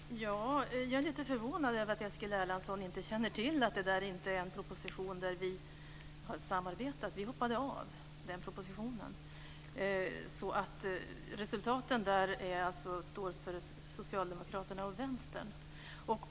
Herr talman! Jag är lite förvånad över att Eskil Erlandsson inte känner till att det gäller en proposition som vi har samarbetat om men att vi hoppade av från den, vilket betyder att det är Socialdemokraterna och Vänstern som står för dess förslag.